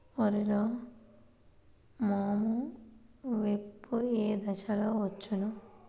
వరిలో మోము పిప్పి ఏ దశలో వచ్చును?